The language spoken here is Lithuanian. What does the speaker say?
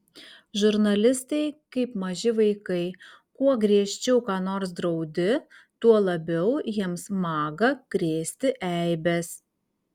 žurnalistai kaip maži vaikai kuo griežčiau ką nors draudi tuo labiau jiems maga krėsti eibes